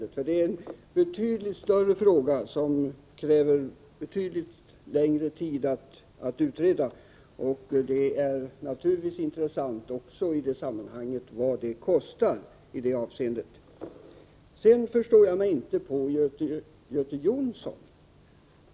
Detta är en betydligt större fråga som kräver betydligt längre utredningstid. Kostnaden för detta är naturligtvis också intressant i sammanhanget. Jag förstår mig inte på Göte Jonsson.